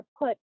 put